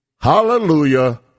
hallelujah